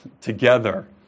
Together